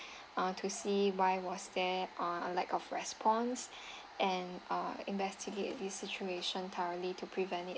uh to see why was there uh lack of response and uh investigate this situation thoroughly to prevent it